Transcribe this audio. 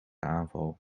aanval